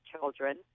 children